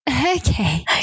Okay